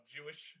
Jewish